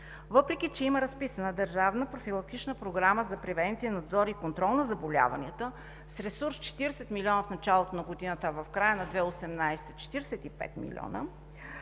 Въпреки че има разписана Държавна профилактична програма за превенция, надзор и контрол на заболяванията с ресурс 40 милиона в началото на годината, а в края на 2018 г. – 45 милиона,